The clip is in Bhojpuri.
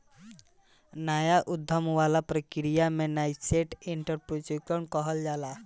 नाया उधम वाला प्रक्रिया के नासेंट एंटरप्रेन्योरशिप कहल जाला